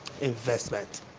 investment